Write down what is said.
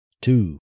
two